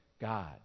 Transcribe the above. God